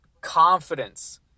confidence